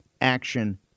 action